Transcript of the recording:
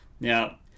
Now